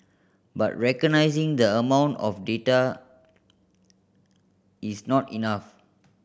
but recognising the amount of data is not enough